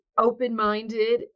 open-minded